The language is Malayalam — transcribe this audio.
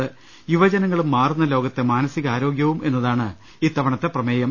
യുവജനങ്ങളും മാറുന്ന ലോകത്തെ മാനസികാരോഗ്യവും എന്നതാണ് ഇത്തവണത്തെ പ്രമേയം